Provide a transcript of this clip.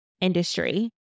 industry